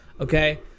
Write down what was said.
Okay